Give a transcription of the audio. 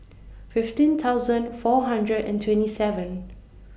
fifteen thousand four hundred and twenty seven